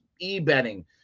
e-betting